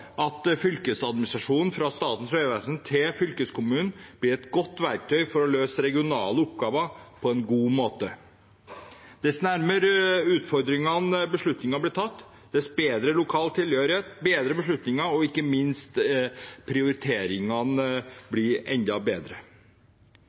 overføre fylkesveiadministrasjonen fra Statens vegvesen til fylkeskommunen blir et godt verktøy for å løse regionale oppgaver på en god måte. Dess nærmere utfordringene beslutningene blir tatt, og dess bedre lokal tilhørighet, dess bedre beslutninger. Ikke minst blir prioriteringene